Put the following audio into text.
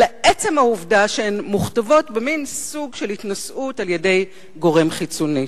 אלא עצם העובדה שהן מוכתבות במין סוג של התנשאות על-ידי גורם חיצוני.